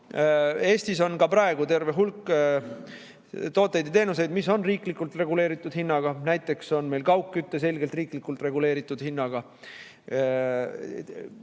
Eestis on ka praegu terve hulk tooteid ja teenuseid, mis on riiklikult reguleeritud hinnaga, näiteks on meil kaugküte selgelt riiklikult reguleeritud hinnaga.